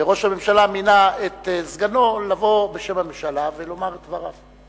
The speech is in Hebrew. וראש הממשלה מינה את סגנו לבוא בשם הממשלה ולומר את דבריו.